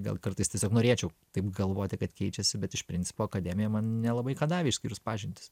gal kartais tiesiog norėčiau taip galvoti kad keičiasi bet iš principo akademija man nelabai ką davė išskyrus pažintis